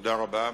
תודה רבה.